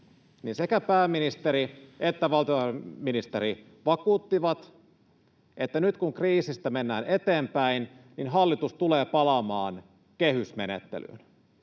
sekä pääministeri että valtiovarainministeri vakuuttivat, että nyt kun kriisistä mennään eteenpäin, hallitus tulee palaamaan kehysmenettelyyn.